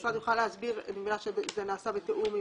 המשרד יוכל להסביר אני מבינה שזה נעשה בתיאום.